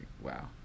wow